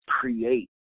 create